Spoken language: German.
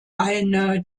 eine